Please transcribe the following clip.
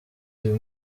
uyu